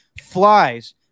flies